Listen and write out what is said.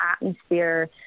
atmosphere